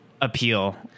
appeal